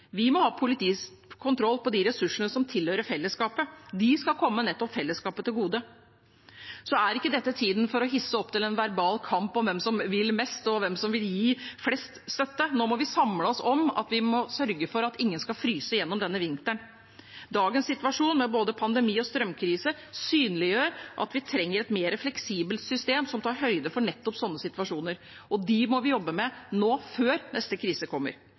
Vi må ha kontroll på de ressursene som tilhører fellesskapet. De skal komme nettopp fellesskapet til gode. Så er ikke dette tiden for å hisse opp til en verbal kamp om hvem som vil mest, og hvem som vil gi flest støtte. Nå må vi samle oss om å sørge for at ingen skal fryse gjennom denne vinteren. Dagens situasjon med både pandemi og strømkrise synliggjør at vi trenger et mer fleksibelt system som tar høyde for nettopp sånne situasjoner, og det må vi jobbe med nå, før neste krise kommer.